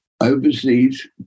Overseas